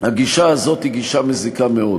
הגישה הזאת היא גישה מזיקה מאוד.